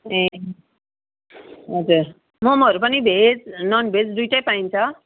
ए हजर मोमोहरू पनि भेज नन्भेज दुइवटै पाइन्छ